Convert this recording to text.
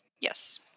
Yes